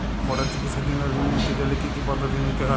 বড় চিকিৎসার জন্য ঋণ নিতে চাইলে কী কী পদ্ধতি নিতে হয়?